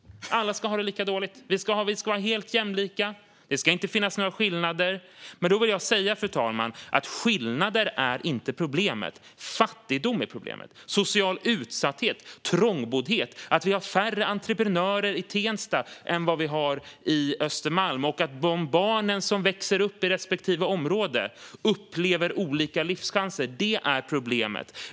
Alla ska ha det lika dåligt. Vi ska vara helt jämlika. Det ska inte finnas några skillnader. Fru talman! Det är inte skillnader som är problemet. Problemet är fattigdom, social utsatthet, trångboddhet och att det är färre entreprenörer i Tensta än på Östermalm. Problemet är att barnen som växer upp i respektive område upplever att de har olika livschanser. Det är problemet.